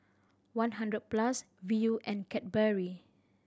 One Hundred Plus Viu and Cadbury